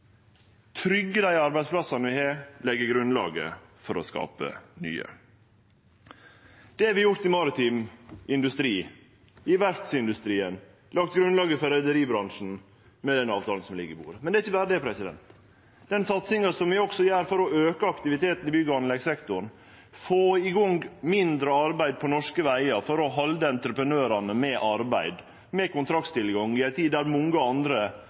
dei arbeidsplassane vi har, og leggje grunnlaget for å skape nye. Det har vi gjort i maritim industri, i verftsindustrien – lagt grunnlaget for reiarlagsbransjen med den avtalen som ligg på bordet. Men det er ikkje berre det. Den satsinga som vi også gjer for å auke aktiviteten i bygg- og anleggssektoren, få i gang mindre arbeid på norske vegar for å halde entreprenørane med arbeid, med kontraktstilgang i ei tid der mange andre